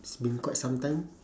it's been quite some time